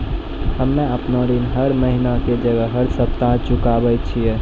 हम्मे आपन ऋण हर महीना के जगह हर सप्ताह चुकाबै छिये